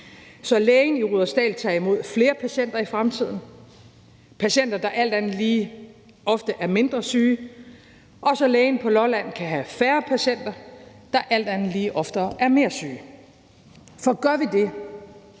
så lægen i Rudersdal i fremtiden tager imod flere patienter, der alt andet lige ofte er mindre syge, og så lægen på Lolland kan have færre patienter, der alt andet lige oftere er mere syge? For gør vi det,